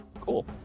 Cool